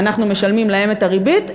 ואנחנו משלמים להם את הריבית,